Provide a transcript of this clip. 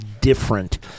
different